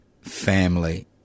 family